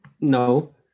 no